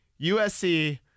USC